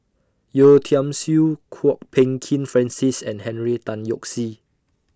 Yeo Tiam Siew Kwok Peng Kin Francis and Henry Tan Yoke See